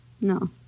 No